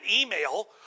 email